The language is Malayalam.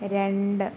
രണ്ട്